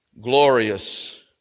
glorious